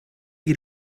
you